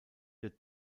der